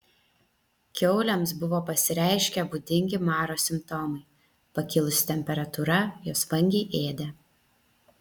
kiaulėms buvo pasireiškę būdingi maro simptomai pakilusi temperatūra jos vangiai ėdė